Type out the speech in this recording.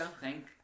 Thank